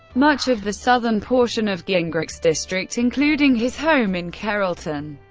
much of the southern portion of gingrich's district, including his home in carrollton,